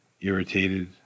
irritated